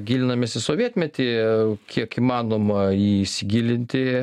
gilinamės į sovietmetį kiek įmanoma į jį įsigilinti